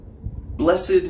Blessed